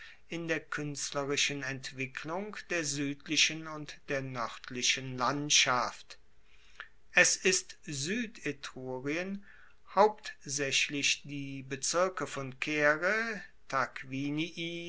bemerkenswerter gegensatzinder kuenstlerischen entwicklung der suedlichen und der noerdlichen landschaft es ist suedetrurien hauptsaechlich die bezirke von caere